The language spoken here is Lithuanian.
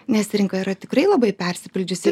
nes rinka yra tikrai labai persipildžiusi